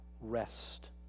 rest